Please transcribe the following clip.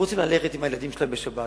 רוצים ללכת עם הילדים שלהם בשבת,